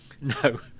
No